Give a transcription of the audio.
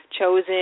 chosen